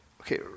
Okay